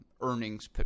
earnings